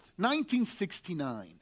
1969